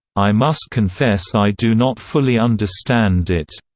i must confess i do not fully understand it.